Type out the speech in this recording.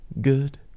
good